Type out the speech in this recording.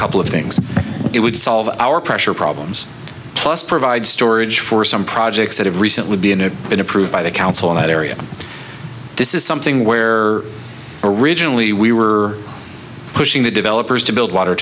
couple of things it would solve our pressure problems plus provide storage for some projects that have recently been in a by the council area this is something where originally we were pushing the developers to build water